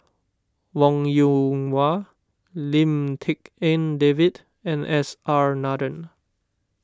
Wong Yoon Wah Lim Tik En David and S R Nathan